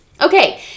Okay